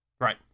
Right